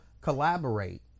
collaborate